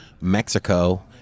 Mexico